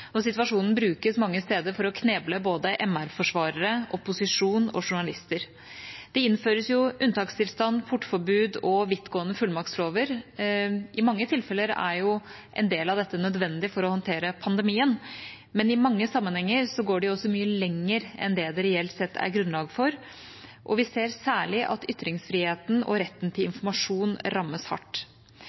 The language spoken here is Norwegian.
og situasjonen brukes mange steder for å kneble både MR-forsvarere, opposisjon og journalister. Det innføres jo unntakstilstand, portforbud og vidtgående fullmaktslover. I mange tilfeller er en del av dette nødvendig for å håndtere pandemien, men i mange sammenhenger går de også mye lenger enn det det reelt sett er grunnlag for, og vi ser særlig at ytringsfriheten og retten til informasjon rammes hardt.